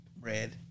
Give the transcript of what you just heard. red